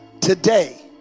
today